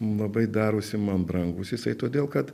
labai darosi man brangus jisai todėl kad